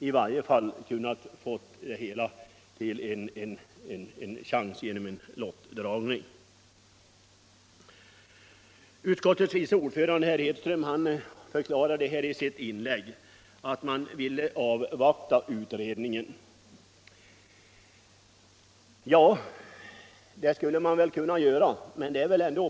I varje fall hade vi då kunnat få en chans till lottning om förslaget här i kammaren. Utskottets vice ordförande herr Hedström förklarade att man ville avvakta utredningens betänkande, och det skulle man väl kunna göra om förslag kommer snabbt.